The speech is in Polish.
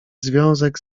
związek